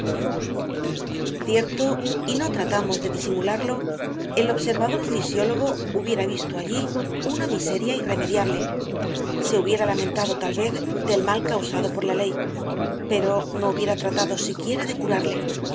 cierto y no tratamos de disimularlo el observador fisiólogo hubiese visto allí una miseria irremediable se hubiera lamentado tal vez del mal causado por la ley pero no hubiera tratado siquiera de curarle